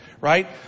right